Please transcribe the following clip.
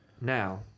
Now